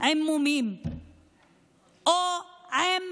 עם מומים או עם